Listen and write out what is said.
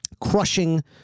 crushing